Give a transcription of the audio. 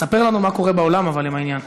ספר לנו מה קורה בעולם, אבל, עם העניין.